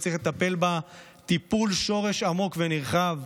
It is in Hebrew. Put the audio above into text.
וצריך לטפל בה טיפול שורש עמוק ונרחב,